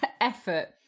effort